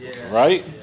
right